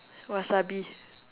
wasabi